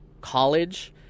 college